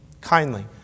kindly